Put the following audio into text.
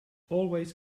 always